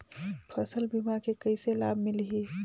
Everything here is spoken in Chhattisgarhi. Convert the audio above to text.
फसल बीमा के कइसे लाभ मिलही?